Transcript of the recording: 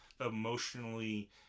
emotionally